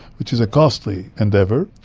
which is a costly endeavour,